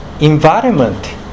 environment